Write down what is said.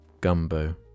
Gumbo